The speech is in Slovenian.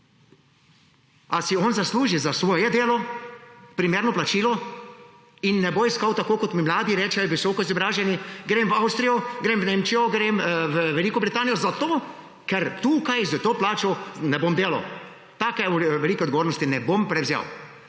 si on zasluži za svoje delo primerno plačilo in ne bo iskal, tako kot mi visoko izobraženi mladi rečejo, grem v Avstrijo, grem v Nemčijo, grem v Veliko Britanijo, zato ker tukaj za to plačo ne bom delal, tako velike odgovornosti ne bom prevzel,